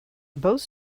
both